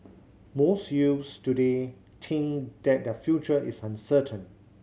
most youths today think that their future is uncertain